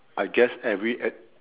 I guess every an